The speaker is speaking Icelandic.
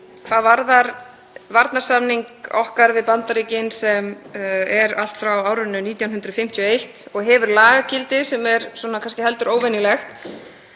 Hvað varðar varnarsamning okkar við Bandaríkin, sem er allt frá árinu 1951, og hefur lagagildi sem er heldur óvenjulegt,